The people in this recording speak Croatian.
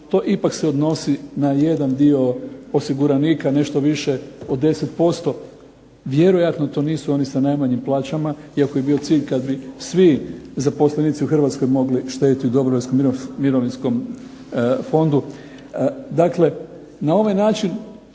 To ipak se odnosi na jedan dio osiguranika, nešto više od 10%. Vjerojatno to nisu oni sa najmanjim plaćama, iako je bio cilj kad bi svi zaposlenici u Hrvatskoj mogli štediti u dobrovoljnom mirovinskom fondu. Dakle, na ovaj način